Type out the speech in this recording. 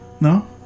No